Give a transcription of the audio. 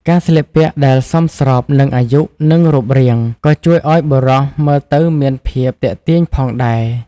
ការស្លៀកពាក់ដែលសមស្របនឹងអាយុ និងរូបរាង ក៏ជួយឲ្យបុរសមើលទៅមានភាពទាក់ទាញផងដែរ។